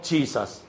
Jesus